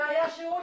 זה היה שיעור